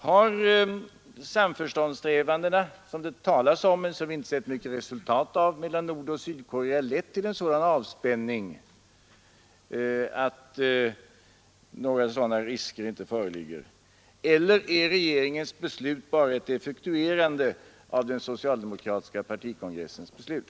Har samförståndssträvandena mellan Nordoch Sydkorea, som det talats om men som vi inte sett så mycket resultat av, lett till en sådan avspänning att några risker inte föreligger? Eller är regeringens beslut bara ett effektuerande av den socialdemokratiska partikongressens beslut?